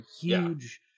huge